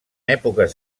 èpoques